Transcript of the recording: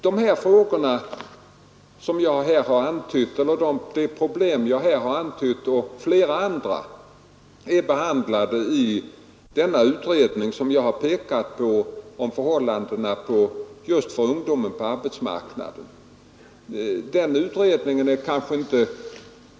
Det problem som jag här har antytt och flera andra är behandlade i den utredning om förhållandena för ungdomen på arbetsmarknaden som jag har pekat på.